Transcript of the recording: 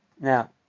now